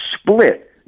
split